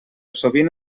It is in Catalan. sovint